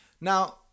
Now